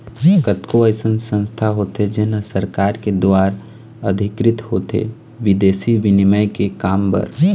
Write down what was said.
कतको अइसन संस्था होथे जेन ह सरकार के दुवार अधिकृत होथे बिदेसी बिनिमय के काम बर